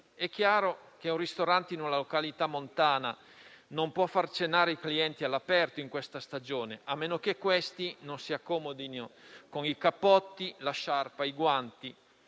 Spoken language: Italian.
È chiaro che un ristorante in una località montana non può far cenare i clienti all'aperto in questa stagione, a meno che questi non si accomodino con i cappotti, la sciarpa e i guanti,